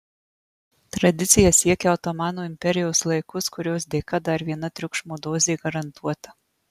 tradicija siekia otomano imperijos laikus kurios dėka dar viena triukšmo dozė garantuota